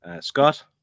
Scott